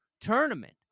tournament